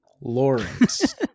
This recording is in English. Lawrence